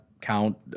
count